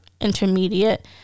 intermediate